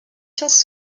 sciences